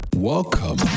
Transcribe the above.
Welcome